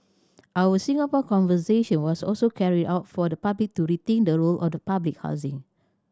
our Singapore Conversation was also carried out for the public to rethink the role of the public housing